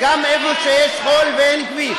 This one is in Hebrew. גם במקום שיש חול ואין כביש?